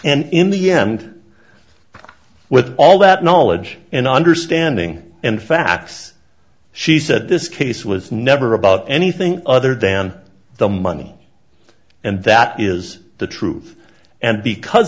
and in the end with all that knowledge and understanding and facts she said this case was never about anything other than the money and that is the truth and because